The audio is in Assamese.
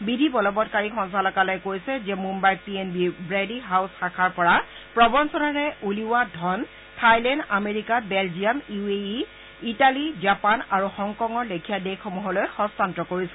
বিধি বলৱৎকাৰী সঞ্চালকালয়ে কৈছে যে মুম্বাইৰ পি এন বি ৱেডী হাউছ শাখাৰ পৰা প্ৰবঞ্চনাৰে উলিওৱা ধন Thailand America Belgium U A E Italy Japan আৰু হংকঙৰ লেখিয়া দেশসমূহলৈ হস্তান্তৰ কৰিছে